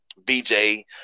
BJ